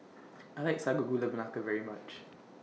I like Sago Gula Melaka very much